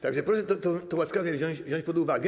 Tak że proszę to łaskawie wziąć pod uwagę.